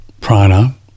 prana